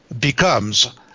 Becomes